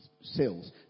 sales